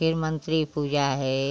फिर मंत्री पूजा है